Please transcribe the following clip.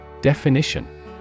Definition